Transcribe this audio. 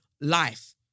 life